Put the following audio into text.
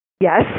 Yes